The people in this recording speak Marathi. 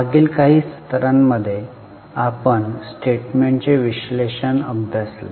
मागील काही सत्रांमध्ये आपण स्टेटमेंटचे विश्लेषण अभ्यासले